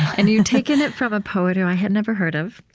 and you've taken it from a poet who i had never heard of,